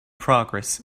progress